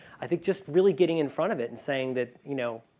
i think, just really getting in front of it and saying that, you know,